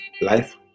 life